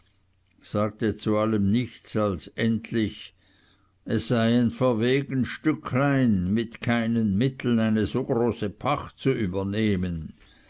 sagte zu allem nichts als endlich es sei ein verwegen stücklein mit keinen mitteln eine so große pacht zu übernehmen